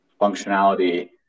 functionality